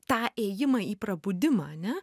tą ėjimą į prabudimą ne